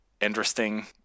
interesting